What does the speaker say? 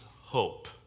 hope